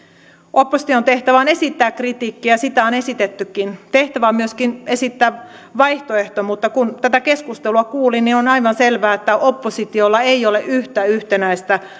opposition tehtävä on esittää kritiikkiä ja sitä on esitettykin tehtävä on myöskin esittää vaihtoehto mutta kun tätä keskustelua kuulin niin on aivan selvää että oppositiolla ei ole yhtä yhtenäistä